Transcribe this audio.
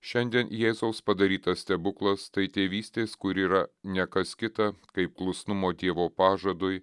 šiandien jėzaus padarytas stebuklas tai tėvystės kuri yra ne kas kita kaip klusnumo dievo pažadui